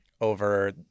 over